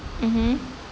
mmhmm